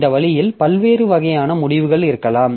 இந்த வழியில் பல்வேறு வகையான முடிவுகள் இருக்கலாம்